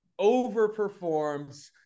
overperforms